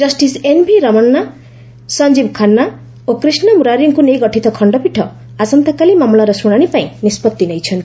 justice N V Ramana Sanjiv Khanna ଓ କ୍ରିଷ୍ଣ ମୁରାରିଙ୍କୁ ନେଇ ଗଠିତ ଖଣ୍ଡପୀଠ ଆସନ୍ତାକାଲି ମାମଲାର ଶୁଣାଣି ପାଇଁ ନିଷ୍ପତ୍ତି ନେଇଛନ୍ତି